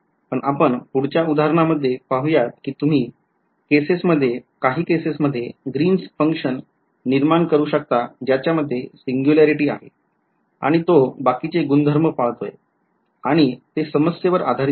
पण आपण पुढच्या उदाहरणा मध्ये पाहुयात कि तुम्ही काही केसेस मध्ये ग्रीन्स function निर्माण करू शकता ज्याच्या मध्ये सिंग्युलॅरिटी आहे आणि तो बाकीचे गुणधर्म पाळतोय आणि ते समस्येवर आधारित असेल